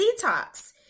detox